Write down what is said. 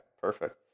perfect